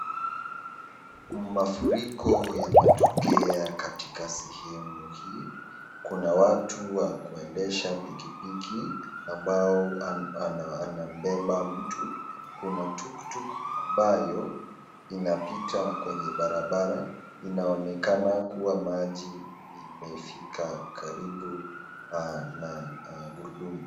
Mafuriko yametokea katika sehemu hii. Kuna watu wa kuendesha pikipiki ambao wanambeba mtu. Kuna tuktuk ambayo inapita kwenye barabara inaonekana kuwa maji imefika karibu na gurudumu.